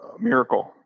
Miracle